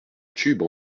tubes